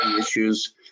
issues